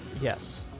Yes